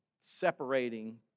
Separating